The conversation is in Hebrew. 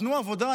תנו עבודה.